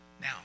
Now